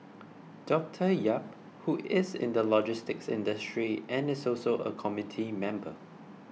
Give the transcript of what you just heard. Doctor Yap who is in the logistics industry and is also a committee member